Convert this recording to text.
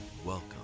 Welcome